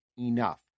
enough